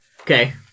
Okay